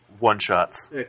one-shots